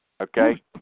Okay